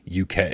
UK